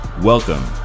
Welcome